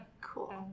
cool